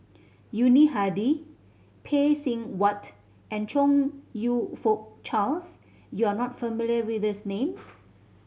Yuni Hadi Phay Seng Whatt and Chong You Fook Charles you are not familiar with these names